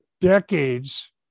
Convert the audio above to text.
decades